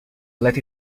let